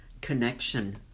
connection